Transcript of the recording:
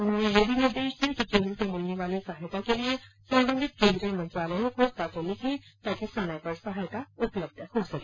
उन्होंने यह भी निर्देश दिए कि केंद्र से मिलने वाली सहायता के लिए संबंधित केंद्रीय मंत्रालयों को पत्र लिखें ताकि समय पर सहायता उपलब्ध हो सके